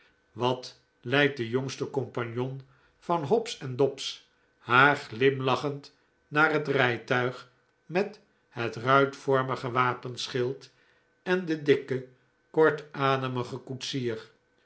wat leidt de jongste compagnon van hobbs dobbs haar glimlachend naar het rijtuig met het ruitvormige wapenschild en den dikken kortademigen koetsier